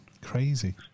Crazy